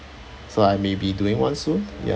so I may be doing one soon ya